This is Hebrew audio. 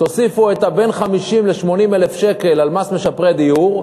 תוסיפו בין 50,000 ל-80,000 שקל מס משפרי דיור,